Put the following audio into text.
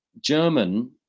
German